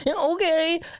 okay